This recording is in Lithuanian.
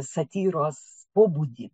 satyros pobūdį